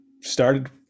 started